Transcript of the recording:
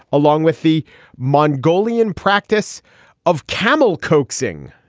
along with the mongolian practice of camil coaxing.